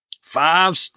five